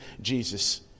Jesus